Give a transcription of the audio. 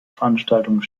veranstaltungen